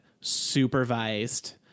supervised